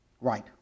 Right